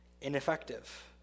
ineffective